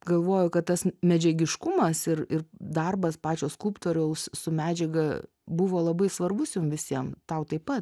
galvojau kad tas medžiagiškumas ir ir darbas pačio skulptoriaus su medžiaga buvo labai svarbus jum visiems tau taip pat